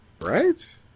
right